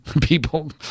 people